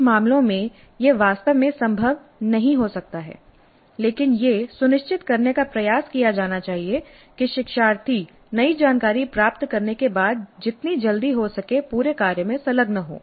कुछ मामलों में यह वास्तव में संभव नहीं हो सकता है लेकिन यह सुनिश्चित करने का प्रयास किया जाना चाहिए कि शिक्षार्थी नई जानकारी प्राप्त करने के बाद जितनी जल्दी हो सके पूरे कार्य में संलग्न हों